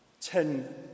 Ten